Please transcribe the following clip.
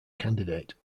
candidate